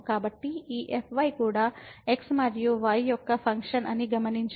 కాబట్టి ఈ fy కూడా x మరియు y యొక్క ఫంక్షన్ అని గమనించండి